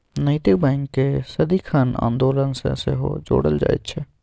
नैतिक बैंककेँ सदिखन आन्दोलन सँ सेहो जोड़ल जाइत छै